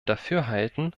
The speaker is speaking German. dafürhalten